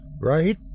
right